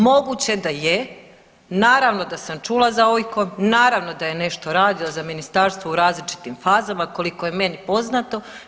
Moguće da je, naravno da sam čula za Oikon, naravno da je nešto radio za ministarstvo u različitim fazama koliko je meni poznato.